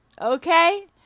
Okay